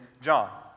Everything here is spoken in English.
John